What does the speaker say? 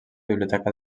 biblioteca